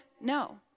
no